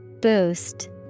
Boost